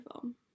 film